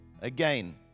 again